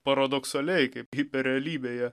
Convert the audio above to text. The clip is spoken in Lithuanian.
paradoksaliai kaip hiperrealybėje